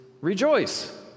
rejoice